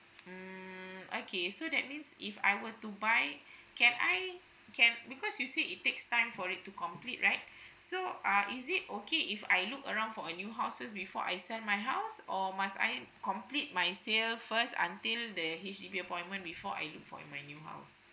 mm okay so that means if I were to buy can I can because you see it takes time for it to complete right so uh is it okay if I look around for a new houses before I sell my house or must I complete my sale first until the H_D_B appointment before I in my new house